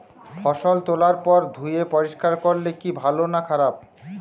ফসল তোলার পর ধুয়ে পরিষ্কার করলে কি ভালো না খারাপ?